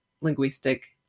linguistic